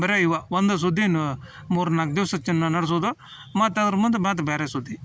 ಬರೀ ಇವು ಒಂದು ಸುದ್ದಿಯೂ ಮೂರು ನಾಲ್ಕು ದಿವಸ ಚೆನ್ನಾಗಿ ನಡ್ಸೋದು ಮತ್ತು ಅದ್ರ ಮುಂದೆ ಮತ್ತು ಬೇರೆ ಸುದ್ದಿ